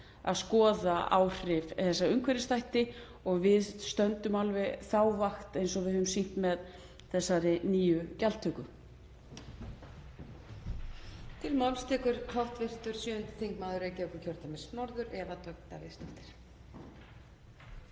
að skoða áhrif á þessa umhverfisþætti og við stöndum alveg þá vakt eins og við höfum sýnt með þessari nýju gjaldtöku.